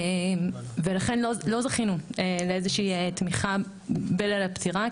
ולכן, לא זכינו לאיזושהי תמיכה בליל הפטירה.